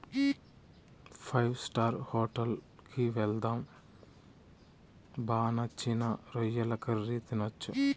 five star hotel కి వెళ్దాం బా నచ్చిన రొయ్యల కర్రీ తినొచ్చు